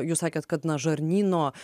jūs sakėt kad na žarnyno